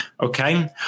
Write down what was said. Okay